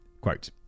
quote